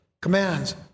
commands